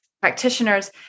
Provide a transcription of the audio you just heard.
practitioners